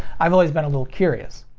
i've always been a little curious.